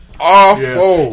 Awful